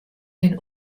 den